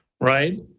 right